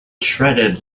shredded